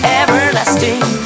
everlasting